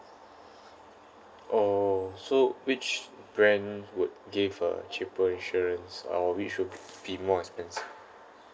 oh so which brand would give a cheaper insurance ah or which would be more expensive